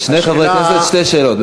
שני חברי כנסת, שתי שאלות.